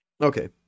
okay